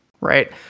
right